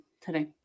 today